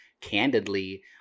candidly